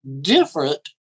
different